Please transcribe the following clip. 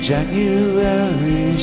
January